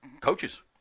coaches